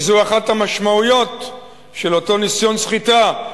כי זו אחת המשמעויות של אותו ניסיון סחיטה: